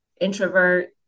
introvert